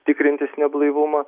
tikrintis neblaivumą